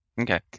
Okay